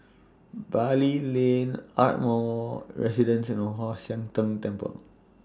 Bali Lane Ardmore Residence and Kwan Siang Tng Temple